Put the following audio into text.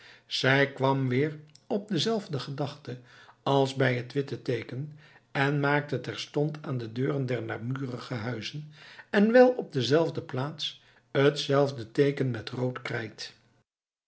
zij kwam weer op dezelfde gedachte als bij het witte teeken en maakte terstond aan de deuren der naburige huizen en wel op dezelfde plaats hetzelfde teeken met rood krijt